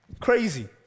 Crazy